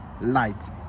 light